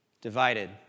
Divided